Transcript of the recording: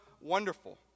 wonderful